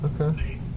Okay